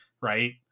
right